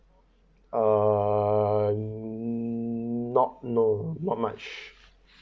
uh not know not much